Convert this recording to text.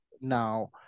now